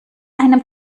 einem